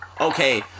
okay